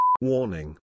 Warning